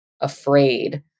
afraid